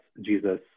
Jesus